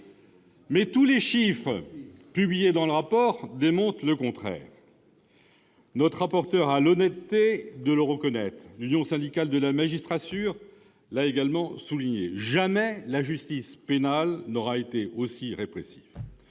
! Or tous les chiffres publiés dans le rapport démontrent le contraire. Notre rapporteur a l'honnêteté de le reconnaître. L'Union syndicale des magistrats l'a également souligné. Jamais, la justice pénale n'aura été aussi répressive.